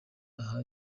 aha